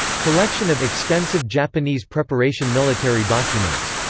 collection of extensive japanese preparation military documents